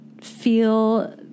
feel